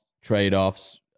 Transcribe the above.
trade-offs